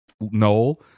Noel